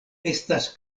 estas